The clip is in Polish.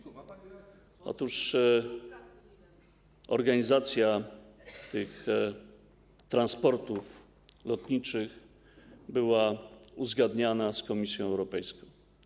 Otóż organizacja tych transportów lotniczych była uzgadniana z Komisją Europejską.